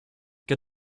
get